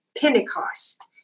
Pentecost